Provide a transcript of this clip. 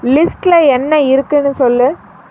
லிஸ்ட்டில் என்ன இருக்குதுன்னு சொல்